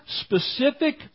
specific